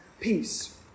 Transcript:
Peace